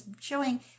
showing